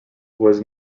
was